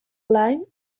line